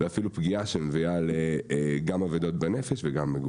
ואפילו פגיעה שמביאה לאבדות בנפש וגם בגוף.